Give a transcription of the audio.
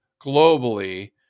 globally